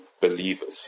believers